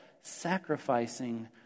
sacrificing